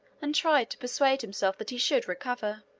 and tried to persuade himself that he should recover.